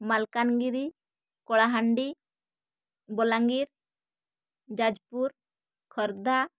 Malkangiri Kalahandi Balangir Jajpur Khordha